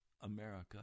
America